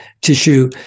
tissue